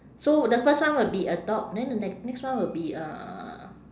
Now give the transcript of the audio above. so the first one will be a dog then the n~ next one will be a